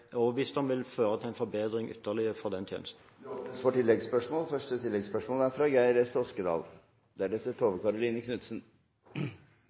vil føre til en ytterligere forbedring for den tjenesten. Det åpnes for oppfølgingsspørsmål – først Geir S. Toskedal.